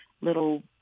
little